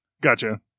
Gotcha